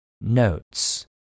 Notes